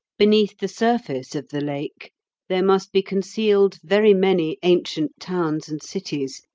beneath the surface of the lake there must be concealed very many ancient towns and cities,